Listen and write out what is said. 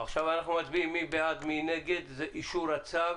עכשיו אנחנו מצביעים: מי בעד אישור הצו?